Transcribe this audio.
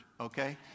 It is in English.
okay